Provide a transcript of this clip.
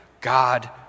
God